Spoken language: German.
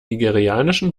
nigerianischen